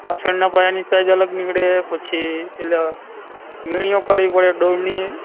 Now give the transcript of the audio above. પાછળના પાયાની સાઇઝ અલગ નીકળે પછી પેલા યુનિઓ કરવી પડે ડોરની